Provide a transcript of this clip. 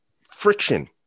friction